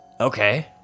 Okay